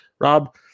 Rob